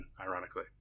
ironically